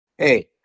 Hey